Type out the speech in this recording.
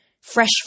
Fresh